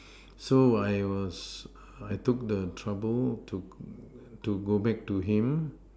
so I was I took the trouble to to go back to him